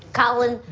colin,